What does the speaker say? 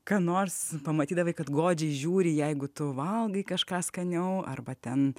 ką nors pamatydavai kad godžiai žiūri jeigu tu valgai kažką skaniau arba ten